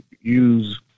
use